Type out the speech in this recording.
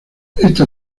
esta